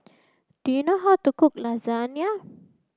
do you know how to cook Lasagna